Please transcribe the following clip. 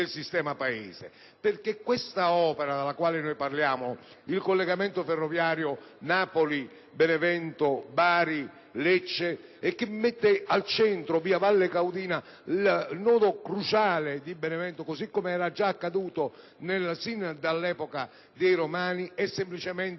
il collegamento ferroviario Napoli-Benevento-Bari-Lecce, che mette al centro la Valle Caudina e il nodo cruciale di Benevento, così come era già accaduto sin dall'epoca dei romani, è semplicemente una